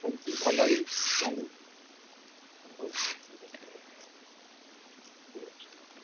ସେମିତି ଭଲ ହିଁ ଚାଲିଛି ହଉ ସାର୍ ଠିକ୍ ଅଛି ଠିକ୍ ଅଛି